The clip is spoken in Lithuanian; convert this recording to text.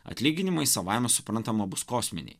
atlyginimai savaime suprantama bus kosminiai